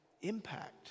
impact